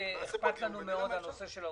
אכפת לנו מאוד הנושא של העובדים.